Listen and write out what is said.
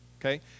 Okay